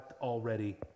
already